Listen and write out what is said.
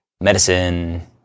medicine